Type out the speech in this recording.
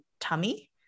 tummy